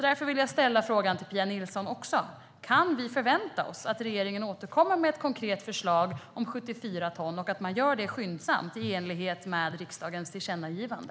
Därför vill jag ställa frågan även till Pia Nilsson: Kan vi förvänta oss att regeringen återkommer med ett konkret förslag om 74 ton och att man gör det skyndsamt i enlighet med riksdagens tillkännagivande?